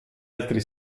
altri